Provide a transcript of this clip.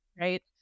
right